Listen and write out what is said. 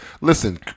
listen